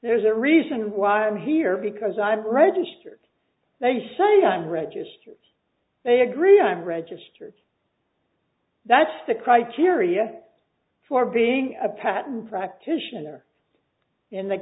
there's a reason why i'm here because i'm registered they say i'm registered they agree i'm registered that's the criteria for being a patent practitioner in th